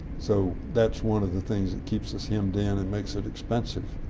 so that's one of the things that keeps us hemmed in and makes it expensive.